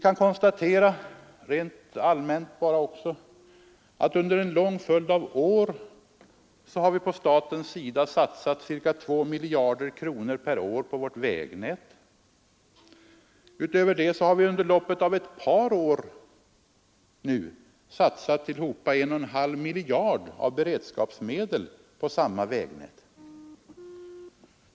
Det kan rent allmänt konstateras att under en lång följd av år har staten satsat ca 2 miljarder kronor per år på vårt vägnät. Därutöver har vi under loppet av ett par år satsat tillsammans 1,5 miljarder kronor av beredskapsmedel på samma vägnät.